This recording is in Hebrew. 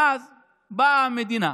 ואז באה המדינה,